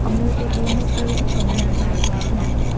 ជំនឿទីបួន នោះគឺកុំញ៉ាំបាយក្នុងឆ្នាំង។